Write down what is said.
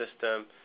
system